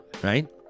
Right